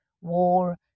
war